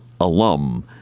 alum